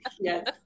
yes